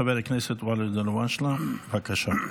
חבר הכנסת ואליד אלהואשלה, בבקשה.